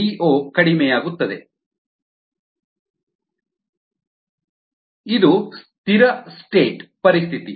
IfrirCdmdt0DO ಕಡಿಮೆಯಾಗುತ್ತದೆ IfrirCdmdt0DOಸ್ಥಿರವಾಗಿರುತ್ತದೆ ಇದು ಸ್ಥಿರ ಸ್ಟೇಟ್ ಪರಿಸ್ಥಿತಿ